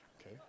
Okay